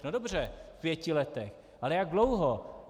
No dobře, v pěti letech, ale jak dlouho?